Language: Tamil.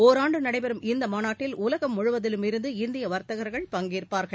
ஒராண்டு நடைபெறும் இந்த மாநாட்டில் உலகம் முழுவதிலுமிருந்து இந்திய வர்த்தகர்கள் பங்கேற்பார்கள்